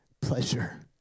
pleasure